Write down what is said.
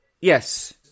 Yes